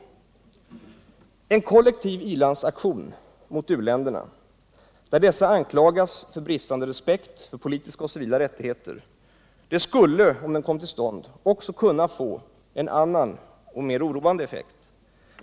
En kollektiv i-landsaktion mot u-länderna, där dessa anklagas för bristande respekt för politiska och civila rättigheter, skulle om den kom till stånd också kunna få en annan och mer oroande effekt.